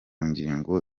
ngingo